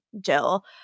Jill